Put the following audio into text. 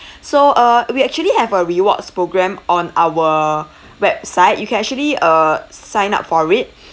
so uh we actually have a rewards program on our website you can actually uh sign up for it